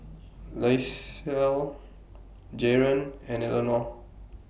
Lisle Jaron and Elenor